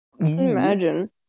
imagine